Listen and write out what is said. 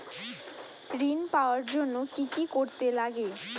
ঋণ পাওয়ার জন্য কি কি করতে লাগে?